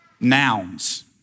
Nouns